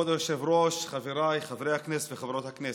כבוד היושב-ראש, חבריי חברי הכנסת וחברות הכנסת,